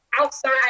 Outside